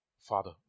Father